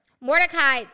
Mordecai